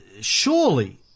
surely